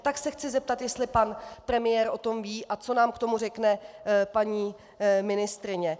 Tak se chci zeptat, jestli pan premiér o tom ví a co nám k tomu řekne paní ministryně.